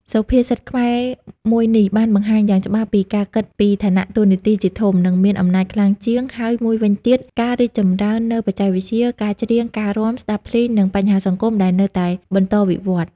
សុភាសិតខ្មែរមួយនេះ បានបង្ហាញយ៉ាងច្បាស់ពីការគិតពីឋានៈតួនាទីជាធំ និងមានអំណាចខ្លាំងជាង ហើយមួយវិញទៀត ការរីកចម្រើននូវបច្ចេកវិទ្យា ការច្រៀង ការរាំ ស្ដាប់ភ្លេង និងបញ្ហាសង្គមដែលនៅតែបន្តវិវត្តន៍។